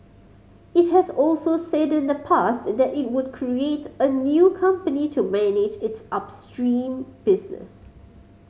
it has also said in the past that it would create a new company to manage its upstream business